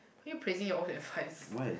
you praising your own advice